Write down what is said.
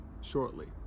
shortly